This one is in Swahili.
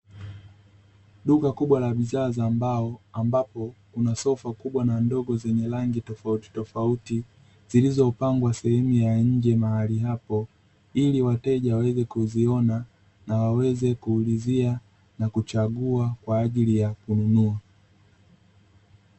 Duka kubwa la bidhaa za mbao, ambapo, kuna sofa kubwa na ndogo zenye rangi tofauti tofauti, zilizopangwa sehemu ya nje mahali hapo, ili wateja waweze kuziona, na waweze kuulizia, na kuchagua kwa ajili ya kununua.